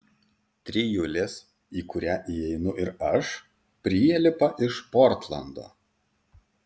trijulės į kurią įeinu ir aš prielipa iš portlando